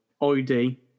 ID